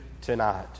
tonight